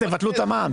תבטלו את המע"מ,